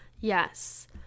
Yes